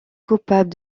coupable